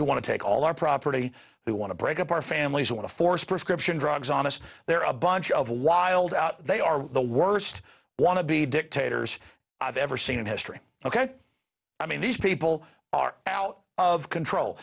who want to take all our property who want to break up our families who want to force prescription drugs on us they're a bunch of wild out they are the worst want to be dictators i've ever seen in history ok i mean these people are out of control